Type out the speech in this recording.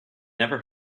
never